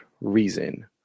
reason